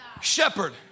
Shepherd